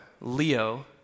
Leo